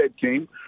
team